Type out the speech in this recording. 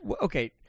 okay